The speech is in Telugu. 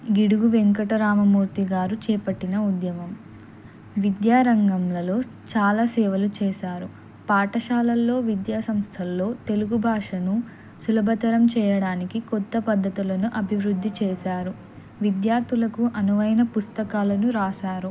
గిడుగు వెంకటరామమూర్తి గారు చేపట్టిన ఉద్యమం విద్యారంగంలలో చాలా సేవలు చేశారు పాఠశాలల్లో విద్యా సంస్థల్లో తెలుగు భాషను సులభతరం చేయడానికి కొత్త పద్ధతులను అభివృద్ధి చేశారు విద్యార్థులకు అనువైన పుస్తకాలను రాశారు